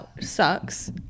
Sucks